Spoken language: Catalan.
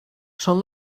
són